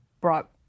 brought